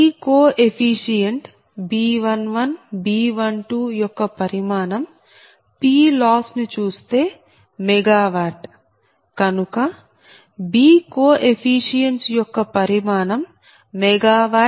B coefficient B11B12 యొక్క పరిమాణం PLoss ను చూస్తే MW కనుక B కో ఎఫీషియెంట్స్ యొక్క పరిమాణం MW 1 0